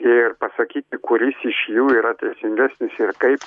ir pasakyti kuris iš jų yra teisingesnis ir kaip